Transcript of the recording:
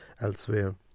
elsewhere